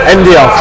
India